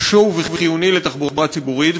חשוב וחיוני לתחבורה הציבורית,